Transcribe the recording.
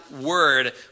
word